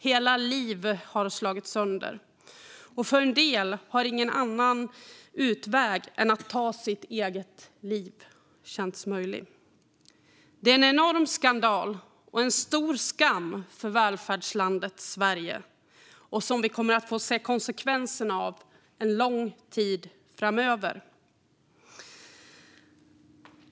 Hela liv har slagits sönder, och för en del har ingen annan utväg än att ta sitt eget liv känts möjlig. Det är en enorm skandal och en stor skam för välfärdslandet Sverige som vi kommer att få se konsekvenserna av en lång tid framöver.